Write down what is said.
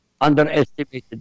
underestimated